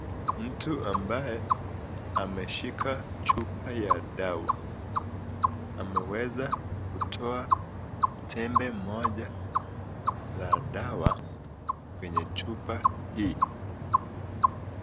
Mtu ambaye ameshika chupa ya dawa, ameweza kutoa tembe moja la dawa kwenye chupa hii.